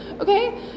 okay